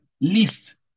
least